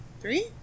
three